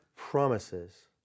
promises